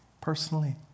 personally